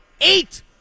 Eight